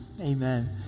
Amen